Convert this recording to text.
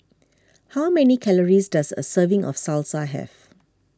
how many calories does a serving of Salsa have